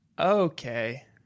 okay